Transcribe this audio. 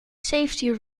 safety